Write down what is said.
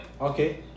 Okay